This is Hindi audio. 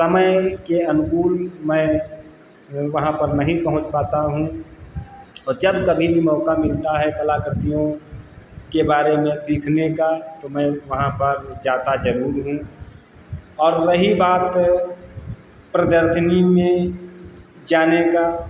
समय के अनुकूल मैं वहाँ पर नहीं पहुँच पाता हूँ औ जब कभी भी मौका मिलता है कलाकृतियों के बारे में सीखने का तो मैं वहां पर जाता ज़रूर हूँ और रही बात प्रदर्शनी में जाने का